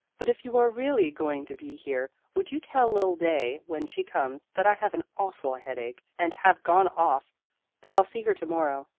but if you are really going to be here would you tell lil day when she comes that i have an awful headache and have gone off that i'll see her to-morrow.